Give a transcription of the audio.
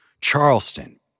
Charleston